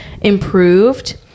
improved